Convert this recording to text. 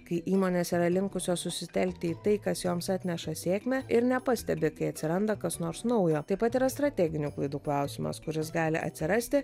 kai įmonės yra linkusios susitelkti į tai kas joms atneša sėkmę ir nepastebi kai atsiranda kas nors naujo taip pat yra strateginių klaidų klausimas kuris gali atsirasti